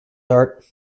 art